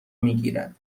میگیرد